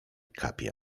kapie